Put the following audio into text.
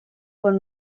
con